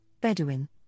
Bedouin